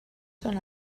són